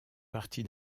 partie